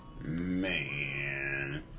man